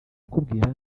akubwira